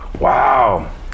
Wow